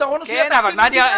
הפתרון הוא שיהיה תקציב מדינה.